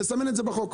נסמן את זה בחוק.